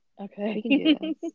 okay